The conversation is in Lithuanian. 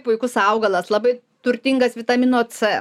puikus augalas labai turtingas vitamino c